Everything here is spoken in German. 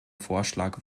vorschlag